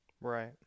Right